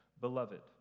Beloved